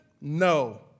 No